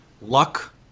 luck